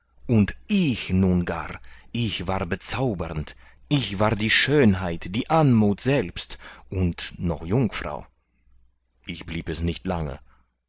und ich nun gar ich war bezaubernd ich war die schönheit die anmuth selbst und noch jungfrau ich blieb es nicht lange